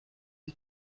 des